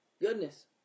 Goodness